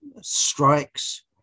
strikes